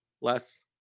Less